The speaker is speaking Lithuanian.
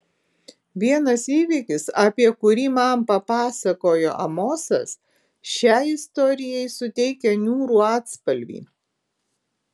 vienas įvykis apie kurį man papasakojo amosas šiai istorijai suteikia niūrų atspalvį